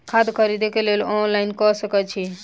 खाद खरीदे केँ लेल ऑनलाइन कऽ सकय छीयै?